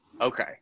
okay